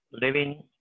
Living